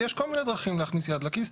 ויש כל מיני דרכים להכניס יד לכיס.